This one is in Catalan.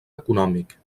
econòmic